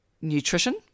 Nutrition